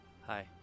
Hi